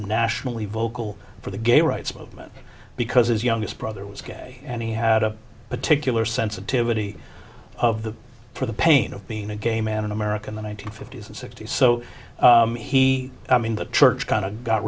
nationally vocal for the gay rights movement because his youngest brother was gay and he had a particular sensitivity of the for the pain of being a gay man in america in the one nine hundred fifty s and sixty's so he i mean the church kind of got